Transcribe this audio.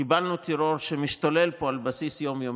קיבלנו טרור שמשתולל פה על בסיס יום-יומי.